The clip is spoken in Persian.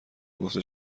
گفته